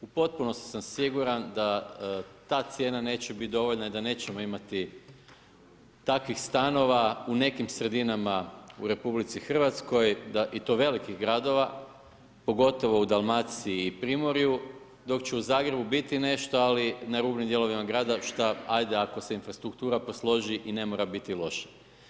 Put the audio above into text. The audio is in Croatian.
U potpunosti sam siguran da ta cijena neće biti dovoljna i da nećemo imati takvih stanova u nekim sredinama u RH i to velikih gradova, pogotovo u Dalmaciji i Primorju dok će u Zagrebu biti nešto, ali na rubnim dijelovima grada šta ako se infrastruktura posloži i ne mora biti loše.